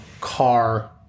car